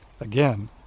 Again